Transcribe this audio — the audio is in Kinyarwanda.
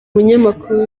umunyamakuru